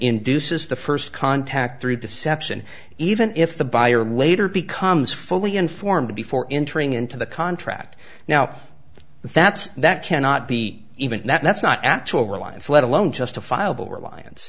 induces the first contact through deception even if the buyer later becomes fully informed before entering into the contract now that's that cannot be even that's not actual reliance let alone justifiable reliance